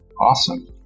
Awesome